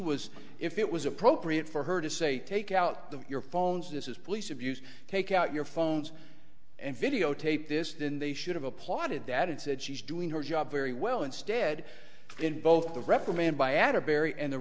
was if it was appropriate for her to say take out the your phones this is police abuse take out your phones and videotape this then they should have applauded that and said she's doing her job very well instead in both the reprimand by a